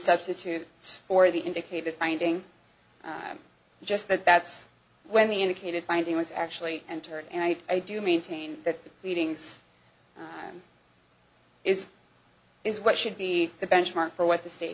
substitutes for the indicated finding just that that's when he indicated finding was actually entered and i i do maintain that meetings is is what should be the benchmark for what the state